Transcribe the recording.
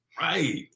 Right